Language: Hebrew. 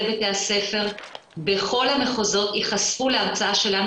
בתי הספר בכל המחוזות ייחשפו להרצאה שלנו,